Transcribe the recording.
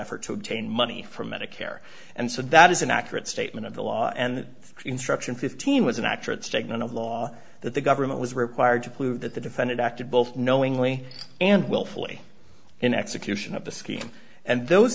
effort to obtain money from to care and so that is an accurate statement of the law and instruction fifteen was an accurate statement of law that the government was required to prove that the defendant acted both knowingly and willfully in execution of the scheme and those